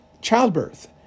childbirth